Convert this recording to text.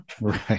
right